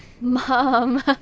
Mom